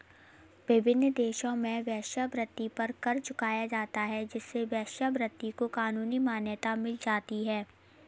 विभिन्न देशों में वेश्यावृत्ति पर कर चुकाया जाता है जिससे वेश्यावृत्ति को कानूनी मान्यता मिल जाती है